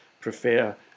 prefer